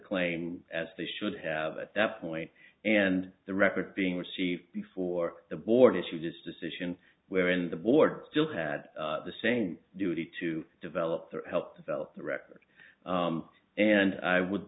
claim as they should have at that point and the record being received before the board she just decision wherein the board still had the same duty to develop their help develop the record and i would